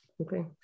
Okay